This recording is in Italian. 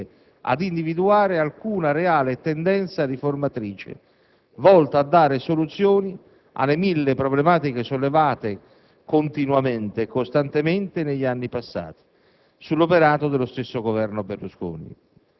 senza tuttavia riuscire, contemporaneamente, ad individuare alcuna reale tendenza riformatrice, volta a dare soluzioni alle mille problematiche sollevate continuamente e costantemente negli anni passati